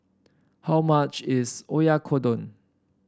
how much is Oyakodon